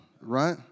right